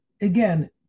again